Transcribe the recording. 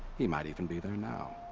he might even be there now!